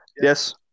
Yes